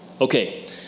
Okay